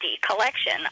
collection